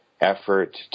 effort